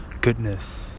goodness